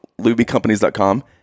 lubycompanies.com